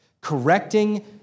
correcting